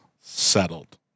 settled